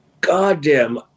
goddamn